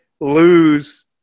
lose